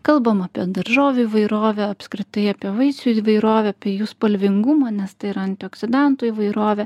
kalbam apie daržovių įvairovę apskritai apie vaisių įvairovę apie jų spalvingumą nes tai yra antioksidantų įvairovė